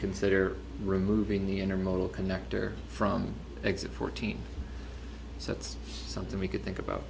consider removing the intermodal connector from exit fourteen so it's something we could think about